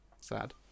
Sad